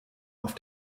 auf